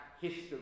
history